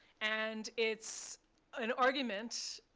and it's an argument,